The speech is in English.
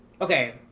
okay